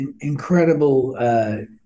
incredible